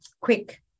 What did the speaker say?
quick